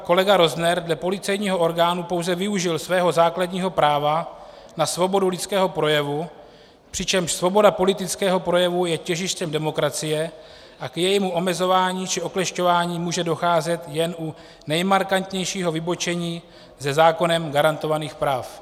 Kolega Rozner dle policejního orgánu pouze využil svého základního práva na svobodu lidského projevu, přičemž svoboda politického projevu je těžištěm demokracie a k jejímu omezování či oklešťování může docházet jen u nejmarkantnějšího vybočení ze zákonem garantovaných práv.